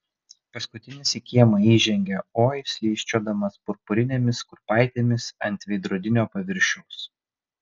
paskutinis į kiemą įžengė oi slysčiodamas purpurinėmis kurpaitėmis ant veidrodinio paviršiaus